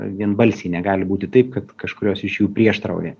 vienbalsiai negali būti taip kad kažkurios iš jų prieštarauja